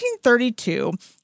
1932